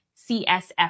CSF